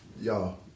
y'all